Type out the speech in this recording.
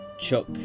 Chuck